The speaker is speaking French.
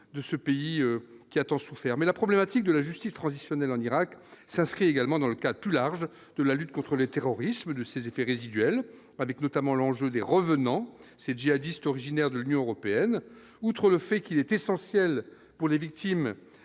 de ce pays qui a tant souffert mais la problématique de la justice transitionnelle en Irak s'inscrit également dans le cas du large, de la lutte contre le terrorisme de ses effets résiduels, avec notamment l'enjeu des revenants ces djihadistes originaires de l'Union européenne, outre le fait qu'il est essentiel pour les victimes